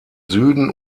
süden